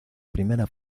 primera